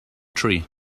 tree